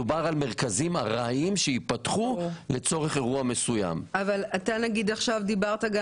מדובר על מרכזים ארעיים שייפתחו לצורך אירוע מסוים אתה דיברת גם